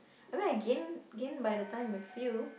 I mean I gain gain by the time with you